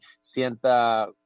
sienta